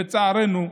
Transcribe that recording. לצערנו,